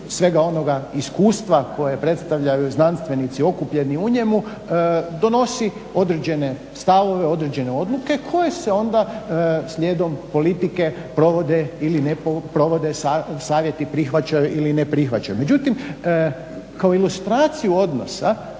svega onoga iskustva koje predstavljaju znanstvenici okupljeni u njemu donosi određene stavove, određene odluke koje se onda slijedom politike provode ili ne provode, savjeti prihvaćaju ili ne prihvaćaju. Međutim, kao ilustraciju odnosa